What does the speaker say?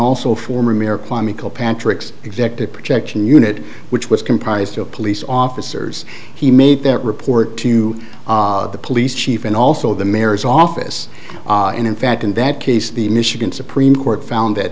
also former mayor kwame kilpatrick's executive protection unit which was comprised of police officers he made that report to the police chief and also the mayor's office and in fact in that case the michigan supreme court found that